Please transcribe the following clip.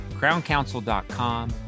crowncouncil.com